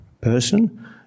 person